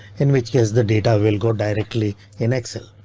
in which case the data will go directly in excel.